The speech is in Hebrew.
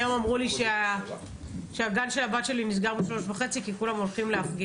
היום אמרו לי שהגן של הבת שלי נסגר ב-15:30 כי כולם הולכים להפגין